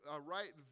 right